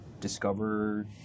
discover